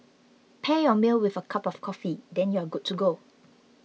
pair your meal with a cup of coffee then you're good to go